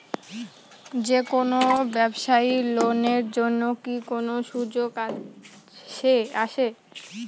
যে কোনো ব্যবসায়ী লোন এর জন্যে কি কোনো সুযোগ আসে?